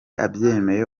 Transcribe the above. abyemeye